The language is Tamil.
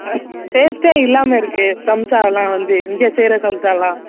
டேஸ்ட்டே இல்லாமல் இருக்குது சம்சாலாம் வந்து இங்கே செய்கிற சம்சாலாம்